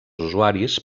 usuaris